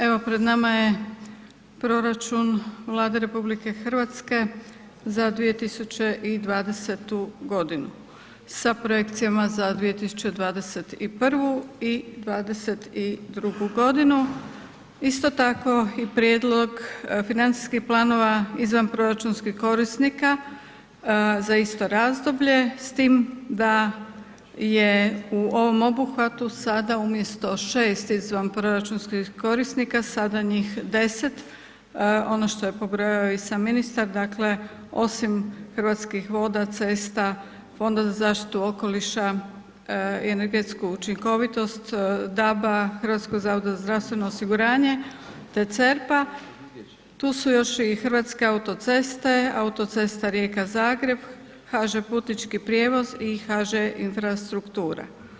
Evo pred nama je proračun Vlade RH za 2020. godinu sa Projekcijama za 2021. i 2022. godinu isto tako i isto tako i prijedlog financijskih planova izvanproračunskih korisnika za isto razdoblje s tim da je u ovom obuhvatu sada umjesto 6 izvanproračunskih korisnika sada njih 10, ono što je pobrojao i sam ministar, dakle osim Hrvatskih voda, cesta, Fonda za zaštitu okoliša i energetsku učinkovitost, DAB-a, HZZO-a te CERP-a tu su još i Hrvatske autoceste, Autocesta Rijeka-Zagreb, HŽ Putnički prijevoz i HŽ Infrastruktura.